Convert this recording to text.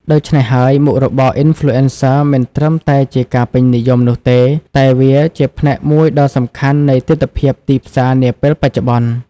ដូច្នេះហើយ មុខរបរ Influencer មិនត្រឹមតែជាការពេញនិយមនោះទេ តែវាជាផ្នែកមួយដ៏សំខាន់នៃទិដ្ឋភាពទីផ្សារនាពេលបច្ចុប្បន្ន។